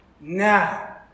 Now